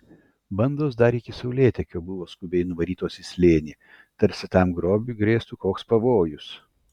bandos dar iki saulėtekio buvo skubiai nuvarytos į slėnį tarsi tam grobiui grėstų koks pavojus